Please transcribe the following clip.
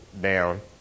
down